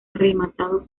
rematado